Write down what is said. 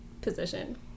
position